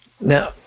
Now